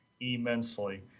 immensely